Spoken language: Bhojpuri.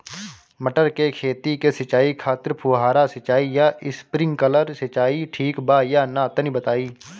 मटर के खेती के सिचाई खातिर फुहारा सिंचाई या स्प्रिंकलर सिंचाई ठीक बा या ना तनि बताई?